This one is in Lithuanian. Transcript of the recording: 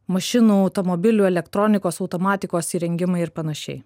mašinų automobilių elektronikos automatikos įrengimai ir panašiai